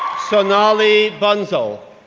sonali bansal,